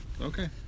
Okay